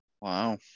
Wow